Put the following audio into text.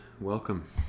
Welcome